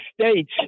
states